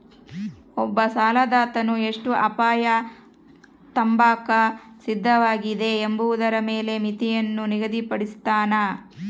ಒಬ್ಬ ಸಾಲದಾತನು ಎಷ್ಟು ಅಪಾಯ ತಾಂಬಾಕ ಸಿದ್ಧವಾಗಿದೆ ಎಂಬುದರ ಮೇಲೆ ಮಿತಿಯನ್ನು ನಿಗದಿಪಡುಸ್ತನ